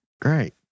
Great